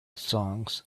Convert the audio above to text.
songs